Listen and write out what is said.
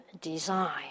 design